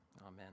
amen